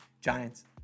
Giants